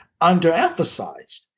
underemphasized